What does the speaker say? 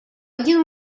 один